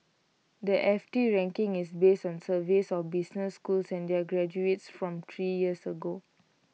the F T ranking is based on surveys of business schools and their graduates from three years ago